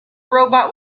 robot